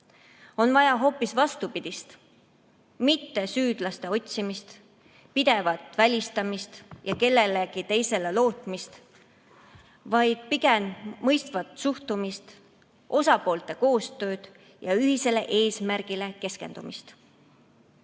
On vaja hoopis vastupidist, mitte süüdlaste otsimist, pidevat välistamist ja kellelegi teisele lootmist, vaid pigem mõistvat suhtumist, osapoolte koostööd ja ühisele eesmärgile keskendumist.